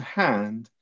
hand